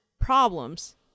problems